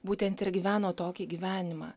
būtent ir gyveno tokį gyvenimą